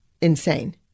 insane